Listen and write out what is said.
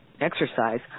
exercise